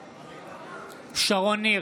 בעד שרון ניר, בעד